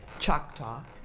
choctaw